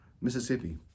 Mississippi